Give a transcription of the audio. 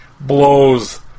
blows